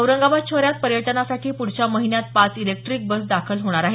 औरंगाबाद शहरात पर्यटनासाठी पुढच्या महिन्यात पाच इलेक्ट्रीक बस दाखल होणार आहेत